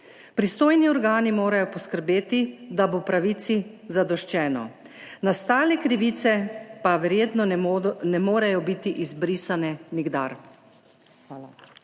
Pristojni organi morajo poskrbeti, da bo pravici zadoščeno, nastale krivice pa verjetno ne morejo biti nikdar